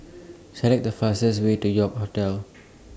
Select The fastest Way to York Hotel